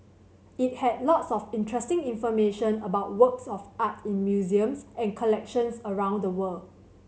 it had lots of interesting information about works of art in museums and collections around the world